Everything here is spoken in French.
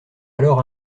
alors